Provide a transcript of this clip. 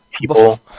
people